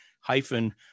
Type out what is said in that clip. hyphen